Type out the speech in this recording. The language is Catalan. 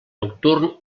nocturn